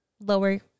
lower